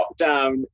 lockdown